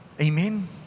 Amen